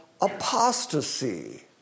apostasy